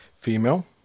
Female